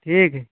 ठीक है